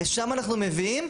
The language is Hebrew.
לשם אנחנו מביאים,